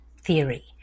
theory